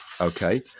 Okay